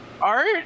art